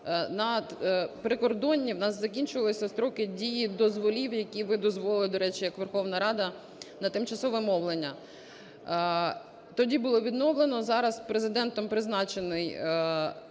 на прикордонні у нас закінчилися строки дії дозволів, які ви дозволили, до речі, як Верховна Рада на тимчасове мовлення. Тоді було відновлено. Зараз Президентом призначений